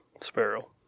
Sparrow